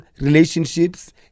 relationships